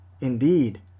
Indeed